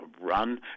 run